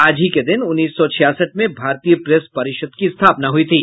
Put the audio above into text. आज ही के दिन उन्नीस सौ छियासठ में भारतीय प्रेस परिषद की स्थापना हुई थी